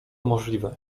możliwe